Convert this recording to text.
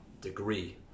degree